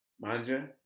Manja